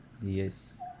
Yes